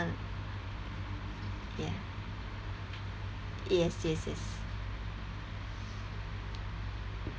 ya yes yes yes